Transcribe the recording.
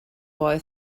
boy